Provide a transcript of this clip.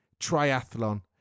triathlon